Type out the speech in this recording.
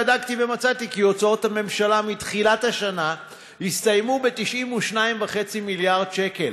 בדקתי ומצאתי כי הוצאות הממשלה מתחילת השנה הסתיימו ב-92.5 מיליארד שקל,